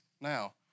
Now